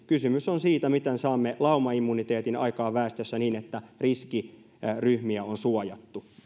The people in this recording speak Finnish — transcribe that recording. kysymys on siitä miten saamme laumaimmuniteetin aikaan väestössä niin että riskiryhmiä on suojattu